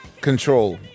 control